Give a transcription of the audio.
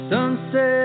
Sunset